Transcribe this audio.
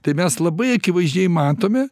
tai mes labai akivaizdžiai matome